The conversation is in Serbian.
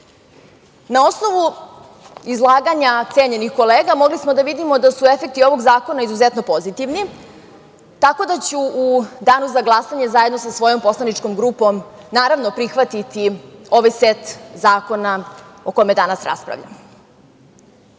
osnovu izlaganja cenjenih kolega mogli smo da vidimo da su efekti ovog zakona izuzetno pozitivni, tako da ću u danu za glasanje, zajedno sa svojom poslaničkom grupom, prihvatiti ovaj set zakona o kome danas raspravljamo. Set